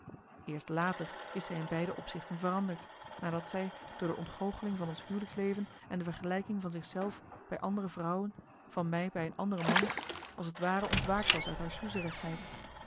eerst later is zij in beide opzichten veranderd nadat zij door de ontgoocheling van ons huwelijksleven en de vergelijking van zich zelf bij andere vrouwen van mij bij een andere man als t ware marcellus emants een nagelaten bekentenis ontwaakt was uit haar